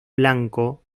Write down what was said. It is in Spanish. blanco